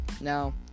Now